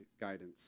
guidance